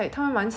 do you think like